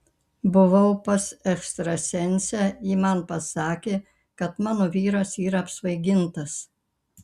buvau pas ekstrasensę ji man pasakė kad mano vyras yra apsvaigintas